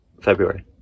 February